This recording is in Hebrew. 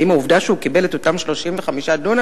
האם העובדה שהוא קיבל את אותם 35 דונם,